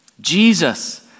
Jesus